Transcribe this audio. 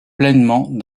pleinement